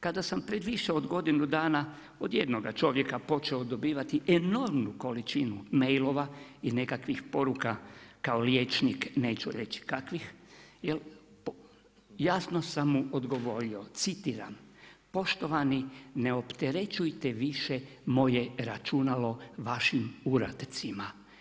Kada sam pred više od godinu dana od jednoga čovjeka počeo dobivati enormnu količinu mailova i nekakvih poruka, kao liječnik neću reći kakvih, jasno sam mu odgovorio citiram „Poštovani, ne opterećujte više moje računalo vašim uradcima.